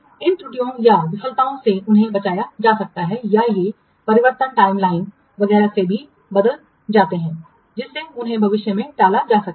इन त्रुटियों या विफलताओं से उन्हें बचा जा सकता है या ये परिवर्तन टाइमलाइनसमयसीमा वगैरह में भी बदल जाते हैं जिससे उन्हें भविष्य में टाला जा सकता है